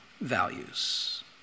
values